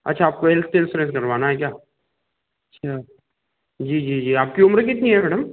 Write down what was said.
अच्छा आपको health insurance करवाना है क्या अच्छा जी जी जी आपकी उम्र कितनी है मैडम